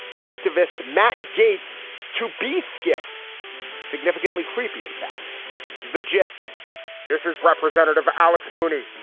activist matt gates to be skiff significantly creepy in fact the gist this is representative alex mooney.